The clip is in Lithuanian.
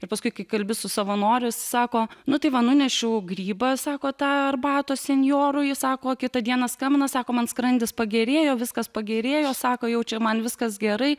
ir paskui kai kalbi su savanoriu jis sako nu tai va nunešiau grybą sako tą arbatos senjorui sako kitą dieną skambina sako man skrandis pagerėjo viskas pagerėjo sako jau čia man viskas gerai